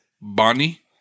Bonnie